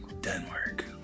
Denmark